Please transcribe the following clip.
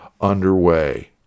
underway